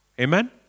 Amen